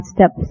Step